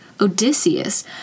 Odysseus